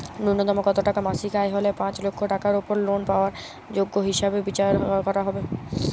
ন্যুনতম কত টাকা মাসিক আয় হলে পাঁচ লক্ষ টাকার উপর লোন পাওয়ার যোগ্য হিসেবে বিচার করা হবে?